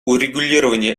урегулирование